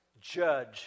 judge